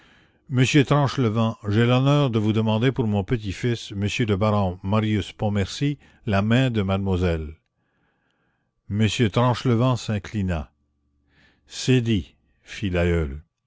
monsieur tranchelevent j'ai l'honneur de vous demander pour mon petit-fils monsieur le baron marius pontmercy la main de mademoiselle monsieur tranchelevent s'inclina c'est dit